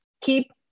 keep